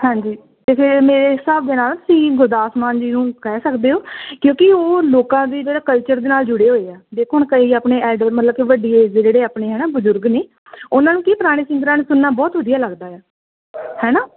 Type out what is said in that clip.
ਹਾਂਜੀ ਅਤੇ ਫਿਰ ਮੇਰੇ ਹਿਸਾਬ ਦੇ ਨਾਲ ਤੁਸੀਂ ਗੁਰਦਾਸ ਮਾਨ ਜੀ ਨੂੰ ਕਹਿ ਸਕਦੇ ਹੋ ਕਿਉਂਕਿ ਉਹ ਲੋਕਾਂ ਦੇ ਜਿਹੜਾ ਕਲਚਰ ਦੇ ਨਾਲ ਜੁੜੇ ਹੋਏ ਆ ਦੇਖੋ ਹੁਣ ਕਈ ਆਪਣੇ ਆਈਡਲ ਮਤਲਬ ਕਿ ਵੱਡੀ ਏਜ਼ ਦੇ ਜਿਹੜੇ ਆਪਣੇ ਹੈ ਨਾ ਬਜ਼ੁਰਗ ਨੇ ਉਹਨਾਂ ਨੂੰ ਕਿ ਪੁਰਾਣੇ ਸਿੰਗਰਾਂ ਨੂੰ ਸੁਣਨਾ ਬਹੁਤ ਵਧੀਆ ਲੱਗਦਾ ਆ ਹੈ ਨਾ